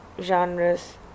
genres